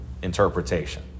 interpretation